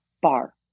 bar